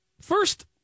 First